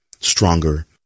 stronger